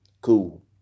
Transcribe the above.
Cool